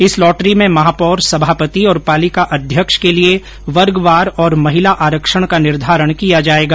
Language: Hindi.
इस लॉटरी में महापौर सभापति और पालिका अध्यक्ष के लिए वर्गवार और महिला आरक्षण का निर्धारण किया जाएगा